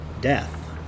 death